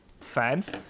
fans